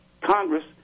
Congress